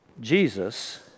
Jesus